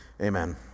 amen